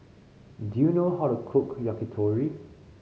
do you know how to cook Yakitori